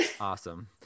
Awesome